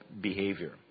behavior